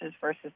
versus